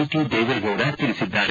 T Deve Gowda ತಿಳಿಸಿದ್ದಾರೆ